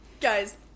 Guys